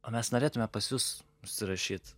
o mes norėtume pas jus užsirašyt